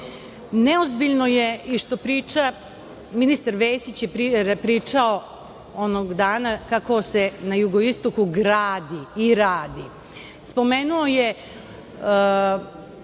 god. Neozbiljno je i što priča, ministar Vesić je pričao onog dana kako se na jugoistoku gradi i radi. Spomenuo je